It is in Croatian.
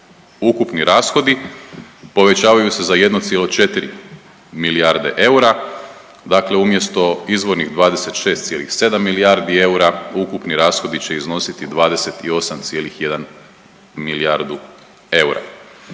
Ukupni rashodi povećavaju se za 1,4 milijarde eura, dakle umjesto izvornih 26,7 milijardi eura ukupni rashodi će iznositi 28,1 milijardu eura.